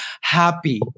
happy